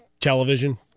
television